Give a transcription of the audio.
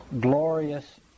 glorious